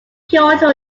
kyoto